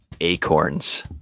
acorns